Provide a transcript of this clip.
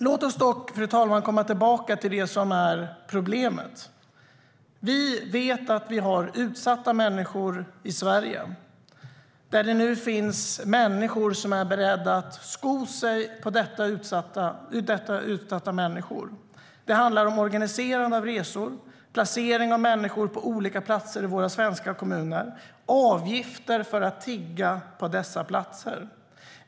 Låt oss dock komma tillbaka till det som är problemet, fru talman. Vi vet att vi har utsatta människor i Sverige och att det finns människor som är beredda att sko sig på dessa utsatta människor. Det handlar om organiserande av resor, placering av människor på olika platser i våra svenska kommuner och tagande av avgifter för att tigga på dessa platser.